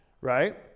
right